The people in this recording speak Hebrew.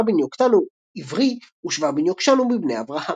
בן יקטן הוא עברי ושבא בן יקשן הוא מבני אברהם.